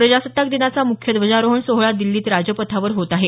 प्रजासत्ताक दिनाचा मुख्य ध्वजारोहण सोहळा दिल्लीत राजपथावर होत आहे